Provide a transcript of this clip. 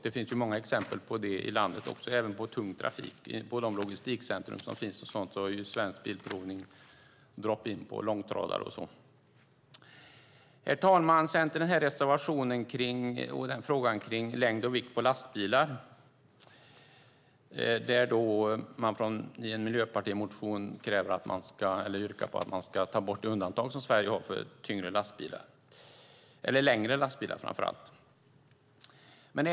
Det finns många exempel på det i landet, även när det gäller tung trafik. På de logistikcentrum som finns har Svensk Bilprovning drop in för långtradare. Herr talman! Sedan till frågan om längd och vikt på lastbilar. I en miljöpartimotion yrkar man att det undantag som Sverige har för framför allt längre lastbilar ska tas bort.